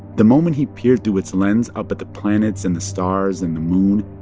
the moment he peered through its lens up at the planets and the stars and the moon,